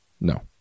No